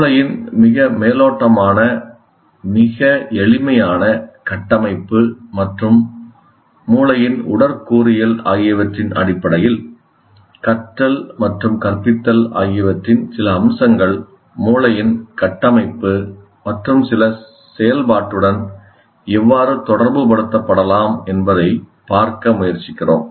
மூளையின் மிக மேலோட்டமான மிக எளிமையான கட்டமைப்பு மற்றும் மூளையின் உடற்கூறியல் ஆகியவற்றின் அடிப்படையில் கற்றல் மற்றும் கற்பித்தல் ஆகியவற்றின் சில அம்சங்கள் மூளையின் கட்டமைப்பு மற்றும் செயல்பாட்டுடன் எவ்வாறு தொடர்புபடுத்தப்படலாம் என்பதைப் பார்க்க முயற்சிக்கிறோம்